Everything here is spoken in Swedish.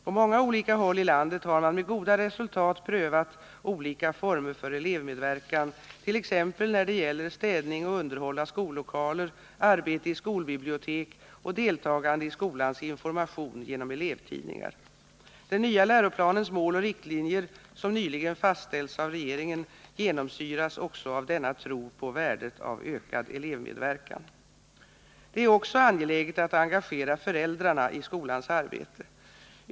På många håll i landet har man med goda resultat prövat olika former av elevmedverkan t.ex. när det gäller städning och underhåll av skollokaler, arbete i skolbibliotek och deltagande i skolans information genom elevtidningar. Den nya läroplanens mål och riktlinjer, som nyligen fastställts av regeringen, genomsyras också av denna tro på värdet av ökad elevmedverkan. Det är också angeläget att engagera föräldrarna i skolans arbete.